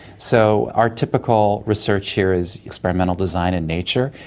so our typical research here is experimental design and nature.